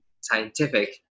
scientific